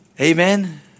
Amen